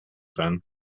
sein